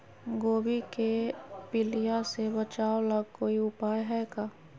गोभी के पीलिया से बचाव ला कोई उपाय है का?